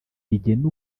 rigena